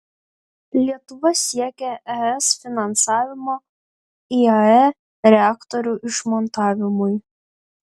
lietuva siekia es finansavimo iae reaktorių išmontavimui